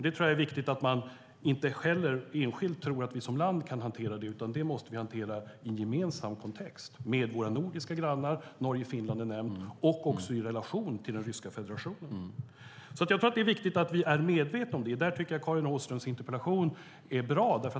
Det är viktigt att vi inte heller tror att vi som enskilt land kan hantera detta, utan det måste ske i en gemensam kontext med våra nordiska grannar - Norge och Finland har nämnts - och i relation till Ryska federationen. Det är viktigt att vi är medvetna om detta. Där tycker jag att Karin Åströms interpellation är bra.